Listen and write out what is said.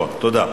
אם כך,